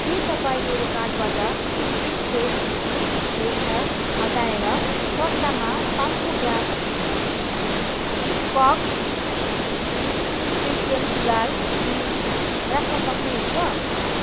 के तपाईँ मेरो कार्टबाट स्प्रिङ फेस्ट रुम फ्रेसनर हटाएर सट्टामा पाँच सौ ग्राम कक स्पेसियल गुलाल ग्रिन राख्न सक्नुहुन्छ